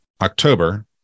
October